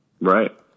Right